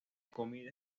comida